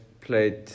played